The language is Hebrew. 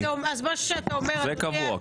וקבוע.